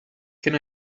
can